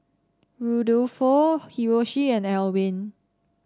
Rudolfo Hiroshi and Elwin